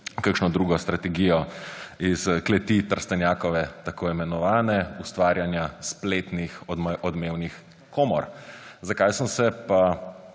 kakšno drugo strategijo iz kleti Trstenjakove, tako imenovane, ustvarjanja spletnih odmevnih komor. Zakaj sem se pa